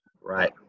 Right